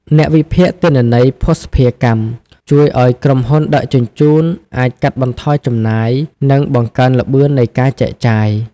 អ្នកវិភាគទិន្នន័យភស្តុភារកម្ម ជួយឱ្យក្រុមហ៊ុនដឹកជញ្ជូនអាចកាត់បន្ថយចំណាយ និងបង្កើនល្បឿននៃការចែកចាយ។